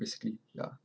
basically ya